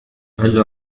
هلّا